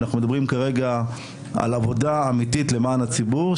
אנחנו מדברים כרגע על עבודה אמיתית למען הציבור,